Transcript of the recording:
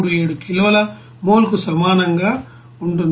37 కిలోల మోల్కు సమానంగా ఉంటుంది